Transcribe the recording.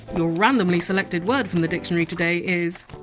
your randomly selected word from the dictionary today is!